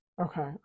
Okay